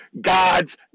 God's